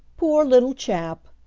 poor little chap!